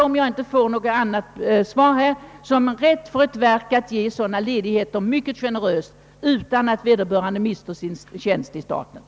Om jag inte får något annat besked anser jag att det föreligger rätt för ett verk att ge sådana ledigheter mycket generöst så att vederbörande tjänsteman inte tvingas begära sitt avsked.